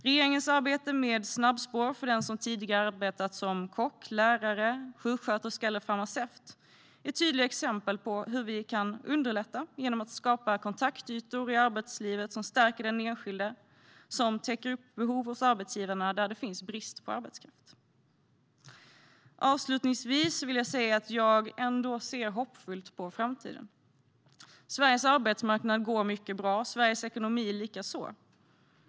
Regeringens arbete med snabbspår för den som tidigare arbetat som kock, lärare, sjuksköterska eller farmaceut är ett tydligt exempel på hur vi kan underlätta genom att skapa kontaktytor i arbetslivet som stärker den enskilde och täcker behov hos arbetsgivarna där det finns brist på arbetskraft. Avslutningsvis vill jag säga att jag ändå ser hoppfullt på framtiden. Sveriges arbetsmarknad går mycket bra, Sveriges ekonomi likaså.